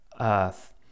earth